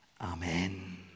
Amen